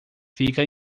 fica